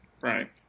Right